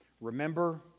remember